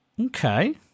Okay